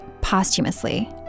posthumously